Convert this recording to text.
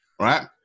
Right